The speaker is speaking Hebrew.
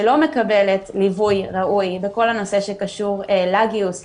שלא מקבלת ליווי ראוי בכל הנושא שקשור לגיוס לצבא,